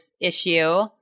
issue